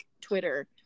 Twitter